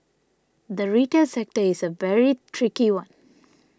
the retail sector is a very tricky one